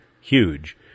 huge